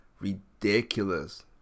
ridiculous